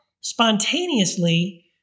spontaneously